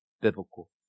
biblical